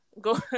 Go